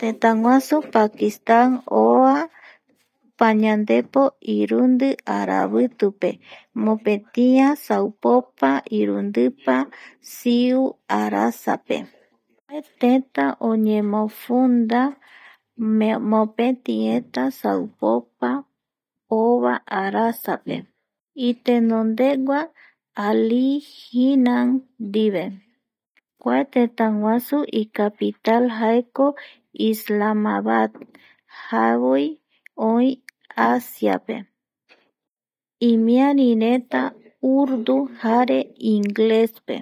Tëtäguasu Pakistan oa pañandepo irundi aravitupe mopetia saupopa irundipa siu arasape kua tëta oyemofunda mopeti eta saupopa ova arasape itenondegua Ali Jinnan ndive kua tëtäguasu icapital jaeko Islamaba javoi oï Asiape, imiarireta urdu jare inglespe